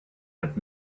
had